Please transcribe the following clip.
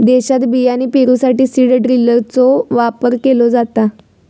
शेतात बियाणे पेरूसाठी सीड ड्रिलचो वापर केलो जाता